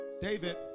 David